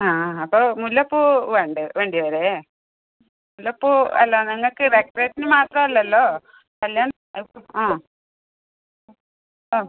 ആ ആ അപ്പോൾ മുല്ലപ്പൂ വേണ്ടെ വേണ്ടി വരുമോ മുല്ലപ്പൂ അല്ല ഞങ്ങൾക്ക് ഡെക്കറേഷന് മാത്രം അല്ലല്ലോ കല്ല്യാണം എ ആ